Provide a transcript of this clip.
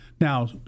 Now